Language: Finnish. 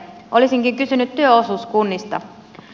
olisinkin kysynyt työosuuskunnista